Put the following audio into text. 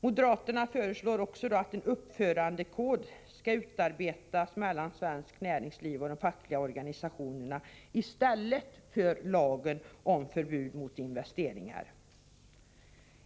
Moderaterna föreslår också att en uppförandekod skall utarbetas mellan svenskt näringsliv och de fackliga organisationerna i stället för att man inför en lag om förbud mot investeringar.